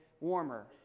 warmer